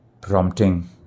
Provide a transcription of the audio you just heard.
prompting